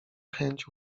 chęć